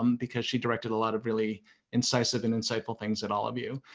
um because she directed a lot of really incisive and insightful things at all of you.